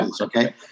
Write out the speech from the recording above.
okay